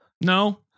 No